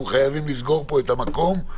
אנחנו חייבים לסגור פה את המקום.